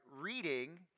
reading